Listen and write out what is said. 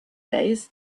days